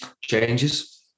Changes